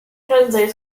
prędzej